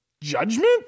judgment